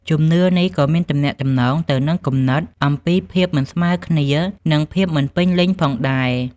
ជំនឿនេះក៏មានទំនាក់ទំនងទៅនឹងគំនិតអំពីភាពមិនស្មើគ្នានិងភាពមិនពេញលេញផងដែរ។